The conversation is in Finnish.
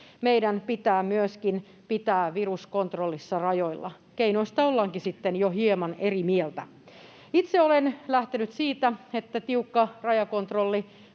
meidän pitää myöskin pitää virus kontrollissa rajoilla. Keinoista ollaankin sitten jo hieman eri mieltä. Itse olen lähtenyt siitä, että tiukka rajakontrolli